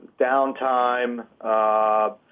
downtime